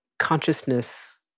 Consciousness